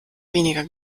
weniger